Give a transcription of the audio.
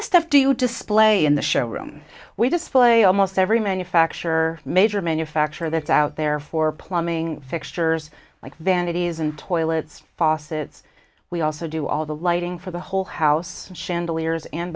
of stuff do you display in the showroom we display almost every manufacture major manufacturer that's out there for plumbing fixtures like vanities and toilets faucets we also do all the lighting for the whole house chand